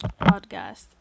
podcast